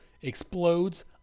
explodes